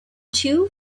two